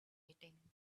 eating